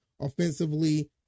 offensively